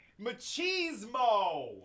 Machismo